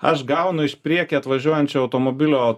aš gaunu iš prieky atvažiuojančio automobilio